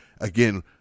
Again